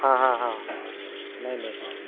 हाँ हाँ हाँ नहीं नहीं नहीं